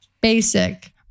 basic